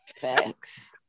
Facts